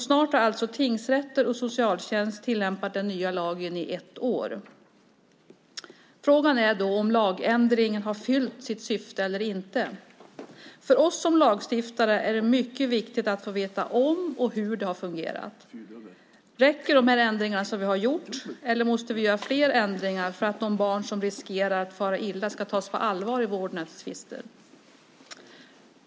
Snart har alltså tingsrätter och socialtjänst tillämpat den nya lagen i ett år. Frågan är om lagändringen har fyllt sitt syfte eller inte. För oss som lagstiftare är det mycket viktigt att få veta om och hur det har fungerat. Räcker de ändringar som vi har gjort eller måste vi göra flera ändringar för att de barn som riskerar att fara illa ska tas på allvar i vårdnadstvister?